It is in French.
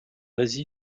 asie